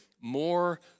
more